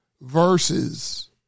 verses